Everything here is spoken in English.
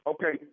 Okay